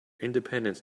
independence